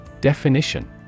Definition